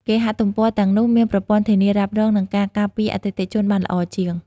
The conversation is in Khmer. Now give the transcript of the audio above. គេហទំព័រទាំងនោះមានប្រព័ន្ធធានារ៉ាប់រងនិងការការពារអតិថិជនបានល្អជាង។